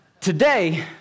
today